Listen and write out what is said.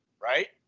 right